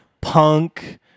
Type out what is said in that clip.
punk